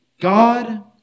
God